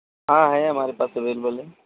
ہاں ہے ہمارے پاس اویلیبل ہے